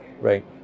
Right